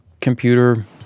computer